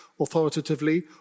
authoritatively